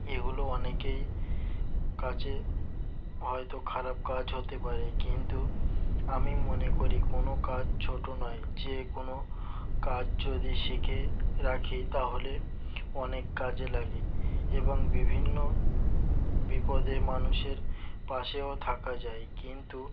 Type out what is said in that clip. এগুলো অনেকেই কাছে হয়তো খারাপ কাজ হতে পারে কিন্তু আমি মনে করি কোনো কাজ ছোট নয় যে কোনো কাজ যদি শিখে রাখি তাহলে অনেক কাজে লাগে এবং বিভিন্ন বিপদে মানুষের পাশেও থাকা যায় কিন্তু